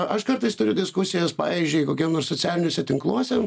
aš kartais turiu diskusijas pavyzdžiui kokiam nors socialiniuose tinkluose